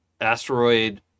asteroid